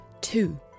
two